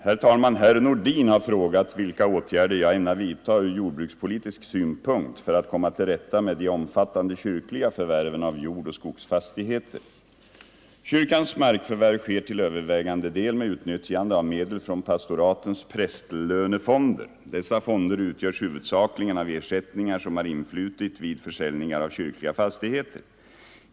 Herr talman! Herr Nordin har frågat vilka åtgärder jag ämnar vidtaga från jordbrukspolitisk synpunkt för att komma till rätta med de omfattande kyrkliga förvärven av jordoch skogsfastigheter. Kyrkans markförvärv sker till övervägande del med utnyttjande av medel från pastoratens prästlönefonder. Dessa fonder utgörs huvudsakligen av ersättningar som har influtit vid försäljningar av kyrkliga fastigheter.